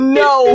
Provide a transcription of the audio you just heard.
no